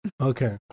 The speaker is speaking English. Okay